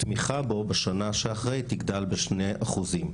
התמיכה בו בשנה שאחרי תגדל בשני אחוזים.